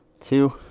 two